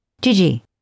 Gigi